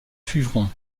suivront